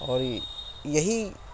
اور یہی